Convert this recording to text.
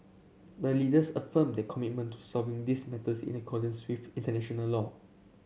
the leaders affirmed their commitment to resolving this matters in accordance with international law